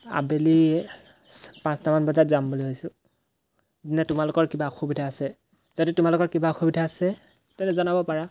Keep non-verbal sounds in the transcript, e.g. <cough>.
আবেলি <unintelligible> পাঁচটামান বজাত যাম বুলি ভাবিছোঁ নে তোমালোকৰ কিবা অসুবিধা আছে যদি তোমালোকৰ কিবা অসুবিধা আছে তেন্তে জনাব পাৰা